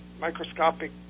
microscopic